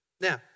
Now